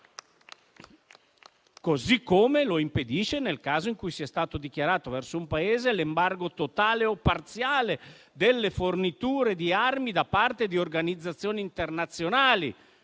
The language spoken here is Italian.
modo, lo impedisce nel caso in cui sia stato dichiarato verso un Paese l'embargo totale o parziale delle forniture di armi da parte di organizzazioni internazionali